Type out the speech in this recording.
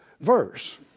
verse